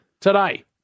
today